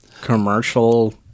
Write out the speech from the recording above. commercial